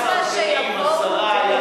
15 תקנים, השרה.